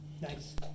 Nice